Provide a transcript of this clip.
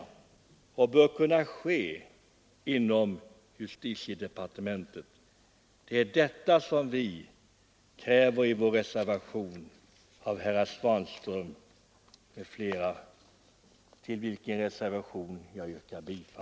Denna bör kunna ske inom justitiedepartementet. Det är alltså detta som vi kräver i reservationen, och jag yrkar bifall till denna.